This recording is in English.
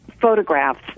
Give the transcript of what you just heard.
photographs